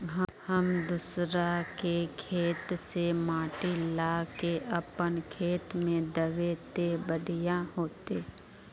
हम दूसरा के खेत से माटी ला के अपन खेत में दबे ते बढ़िया होते?